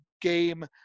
game